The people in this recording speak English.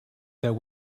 that